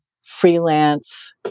freelance